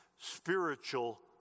spiritual